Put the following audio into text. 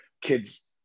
kids